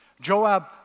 Joab